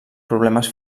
problemes